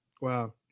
Wow